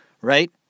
right